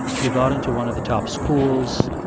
you got into one of the top schools.